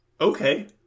Okay